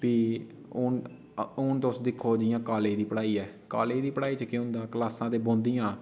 की हून तुस दिक्खो जि'यां कॉलेज़ दी पढ़ाई ऐ कॉलेज़ दी पढ़ाई जेह्का होंदा क्लॉसां ते बौहंदियां